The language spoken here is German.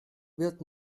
wird